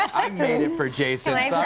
i made it for jason